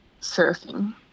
surfing